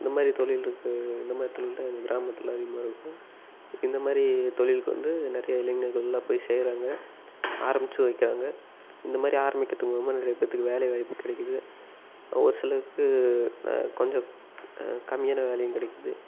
இந்த மாதிரி தொழில் இருக்குது இந்த மாதிரி தொழில்தான் எங்கள் கிராமத்தில் அதிகமாக இருக்கும் இந்த மாதிரி தொழிலுக்கு வந்து நிறைய இளைஞர்கள்லாம் போய் செய்கிறாங்க ஆரம்பிச்சும் வைக்கிறாங்க இந்த மாதிரி ஆரம்பிக்கிறதுக்கு மூலமாக நிறைய பேத்துக்கு வேலைவாய்ப்பு கிடைக்கிது ஒரு சிலருக்கு கொஞ்சம் கம்மியான வேலையும் கிடைக்கிது